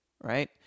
right